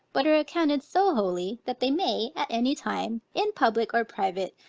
but are accounted so holy, that they may at any time, in public or private,